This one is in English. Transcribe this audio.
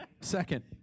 Second